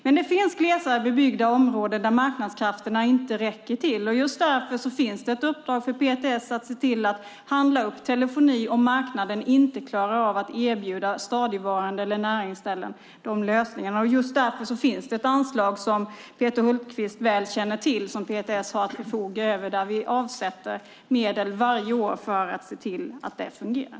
Men det finns glesare bebyggda områden där marknadskrafterna inte räcker till, och just därför finns det ett uppdrag för PTS att se till att handla upp telefoni om marknaden inte klarar av att erbjuda stadigvarande eller näringsställen bra lösningar. Just därför finns det, som Peter Hultqvist väl känner till, ett anslag som PTS förfogar över och där vi avsätter medel varje år för att se till att det fungerar.